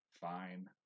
fine